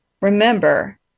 Remember